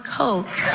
coke